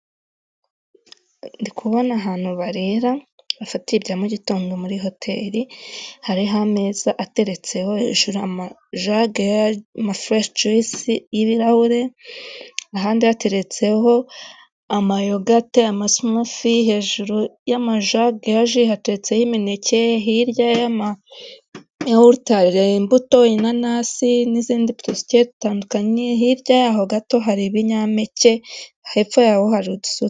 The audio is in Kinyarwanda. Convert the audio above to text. Ndi kubona ahantu barera bafatiye ibya mugitondo muri hoteri hari ameza ateretseho amajage namafureshi juyisi ibirahure ahandi hateretseho amayogate amasumafi hejuru y'amajageji hatetseho imineke hirya yamayahurute imbuto inanasi n'izindi pste itandukanye hirya y'aho gato hari ibinyampeke hepfoyo hari udus.